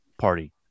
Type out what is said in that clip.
party